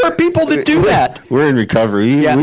but people that do that! we're in recovery, and